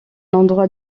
endroit